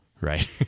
right